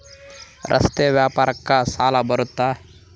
ರಸ್ತೆ ವ್ಯಾಪಾರಕ್ಕ ಸಾಲ ಬರುತ್ತಾ?